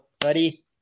buddy